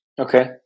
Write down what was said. Okay